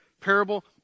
parable